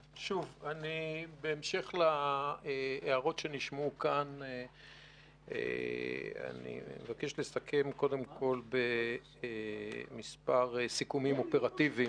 בהמשך להערות שנשמעו כאן אני מבקש לסכם מספר סיכומים אופרטיביים.